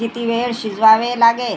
किती वेळ शिजवावे लागेल